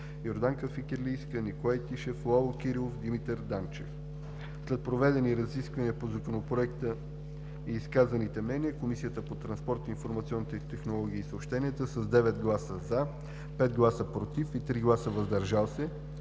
Йорданка Фикирлийска, Николай Тишев, Лало Кирилов, Димитър Данчев. След проведени разисквания по Законопроекта и изказаните мнения Комисията по транспорт, информационните технологии и съобщенията с 9 гласа „за“, 5 гласа „против“ и 3 гласа „въздържали се“